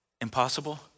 impossible